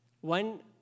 one